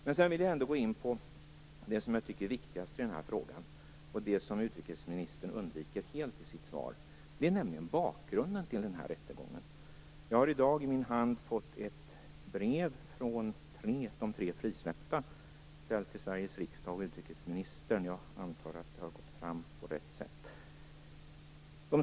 Jag vill gå in på det jag tycker är viktigast i den här frågan och det som utrikesministern undviker helt i sitt svar, nämligen bakgrunden till den här rättegången. Jag har i dag fått ett brev från de tre frisläppta, ställt till Sveriges riksdag och utrikesministern. Jag antar att det har gått fram på rätt sätt.